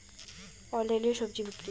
অনলাইনে স্বজি বিক্রি?